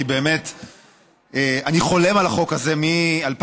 כי באמת אני חולם על החוק הזה מ-2011,